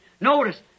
Notice